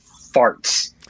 farts